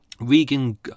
Regan